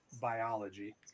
biology